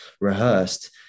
rehearsed